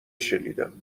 شنیدم